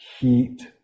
heat